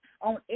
on